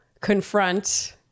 confront